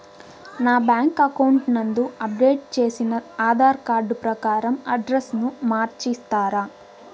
నా bank account నందు update చేసిన ఆధార్ కార్డు ప్రకారం అడ్రస్ ను మార్చిస్తారా?